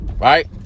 right